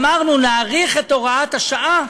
אמרנו: נאריך את הוראת השעה.